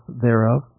thereof